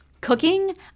cooking